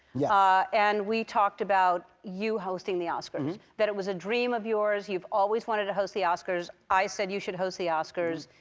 yeah and we talked about you hosting the oscars. mm-hmm. that it was a dream of yours, you've always wanted to host the oscars. i said you should host the oscars,